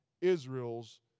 Israel's